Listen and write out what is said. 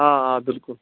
آ آ بِلکُل